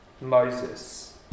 Moses